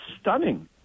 stunning